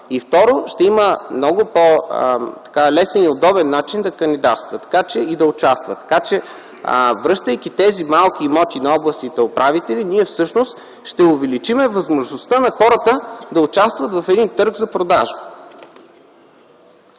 и второ – ще има много по-лесен и удобен начин да кандидатства и да участва. Връщайки тези малки имоти на областните управители, ние всъщност ще увеличим възможността на хората да участват в търг за продажба.